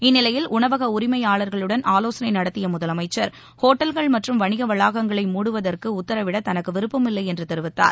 இந்நிலையில் உணவக உரிமையாளர்களுடன் ஆலோசனை நடத்திய முதலமைச்சர் ஹோட்டல்கள் மற்றும் வணிக வளாகங்களை மூடுவதற்கு உத்தரவிட தனக்கு விருப்பம் இல்லை என்று தெரிவித்தார்